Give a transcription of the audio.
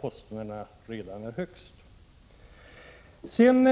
som redan har de högsta kostnaderna.